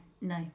no